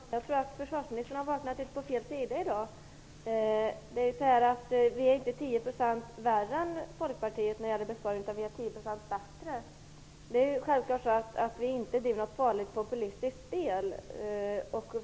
Fru talman! Jag tror att försvarsministern har vaknat på fel sida i dag. Vårt förslag när det gäller besparingar är inte 10 % värre än Folkpartiets förslag, utan det är 10 % bättre. Vi driver självfallet inget farligt populistiskt spel.